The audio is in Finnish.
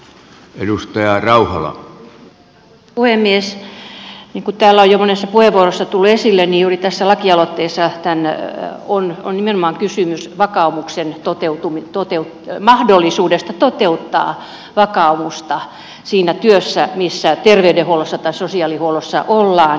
niin kuin täällä on jo monessa puheenvuorossa tullut esille niin juuri tässä lakialoitteessa on nimenomaan kysymys mahdollisuudesta toteuttaa vakaumusta siinä työssä missä terveydenhuollossa tai sosiaalihuollossa ollaan